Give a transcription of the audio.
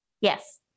Yes